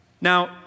Now